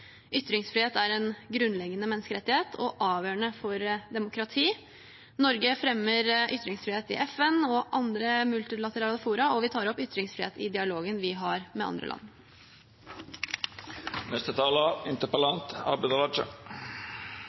Ytringsfrihet er en grunnleggende menneskerettighet og avgjørende for demokrati. Norge fremmer ytringsfrihet i FN og andre multilaterale fora, og vi tar opp ytringsfrihet i dialogen vi har med andre